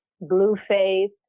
Blueface